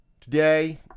today